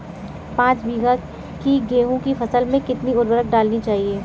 पाँच बीघा की गेहूँ की फसल में कितनी उर्वरक डालनी चाहिए?